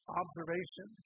observation